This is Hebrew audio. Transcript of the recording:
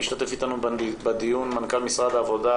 משתתף איתנו בדיון מנכ"ל משרד העבודה,